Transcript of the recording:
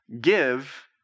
give